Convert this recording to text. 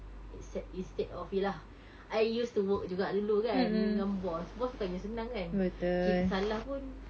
inse~ instead of ya lah I used to work juga dulu kan dengan boss boss bukannya senang kan kita salah pun